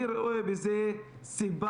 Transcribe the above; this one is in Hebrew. אני רואה בזה סיבה